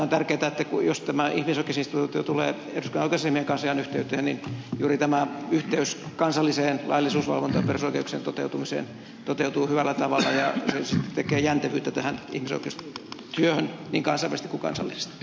on tärkeätä että jos tämä ihmisoikeusinstituutio tulee eduskunnan oikeusasiamiehen kanslian yhteyteen niin juuri tämä yhteys kansalliseen laillisuusvalvontaan ja perusoikeuksien toteutumiseen toteutuu hyvällä tavalla ja se sitten tekee jäntevyyttä tähän ihmisoikeustyöhön niin kansainvälisesti kuin kansallisesti